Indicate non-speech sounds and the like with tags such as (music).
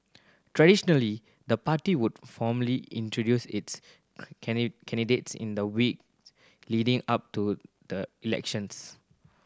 traditionally the party would formally introduce its (unintelligible) candidates in the week leading up to the elections